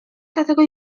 dlatego